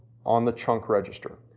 on the chunk register.